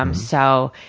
um so,